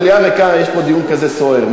מליאה ריקה, יש פה דיון כזה סוער.